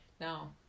Now